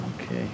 Okay